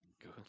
good